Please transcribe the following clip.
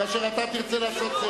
כשאתה תרצה לעשות,